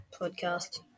podcast